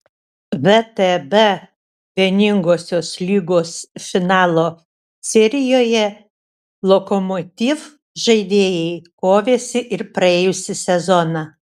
vtb vieningosios lygos finalo serijoje lokomotiv žaidėjai kovėsi ir praėjusį sezoną